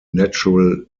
natural